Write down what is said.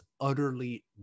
utterly